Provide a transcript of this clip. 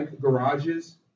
garages